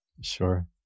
Sure